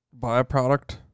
Byproduct